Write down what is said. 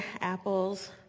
apples